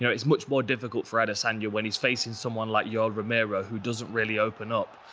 know, it's much more difficult for adesanya when he's facing someone like yoel romero, who doesn't really open up.